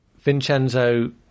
Vincenzo